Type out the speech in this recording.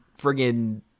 friggin